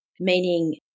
meaning